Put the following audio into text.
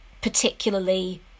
particularly